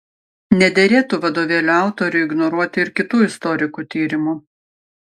nederėtų vadovėlio autoriui ignoruoti ir kitų istorikų tyrimų